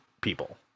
people